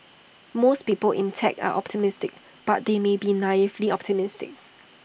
most people in tech are optimistic but they may be naively optimistic